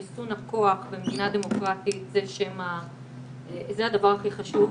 ריסון הכוח במדינה דמוקרטית זה הדבר הכי חשוב.